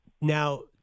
Now